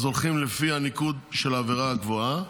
אז הולכים לפי הניקוד של העבירה הגבוהה,